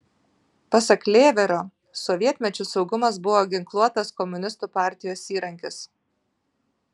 pasak lėverio sovietmečiu saugumas buvo ginkluotas komunistų partijos įrankis